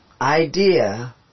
idea